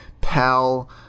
pal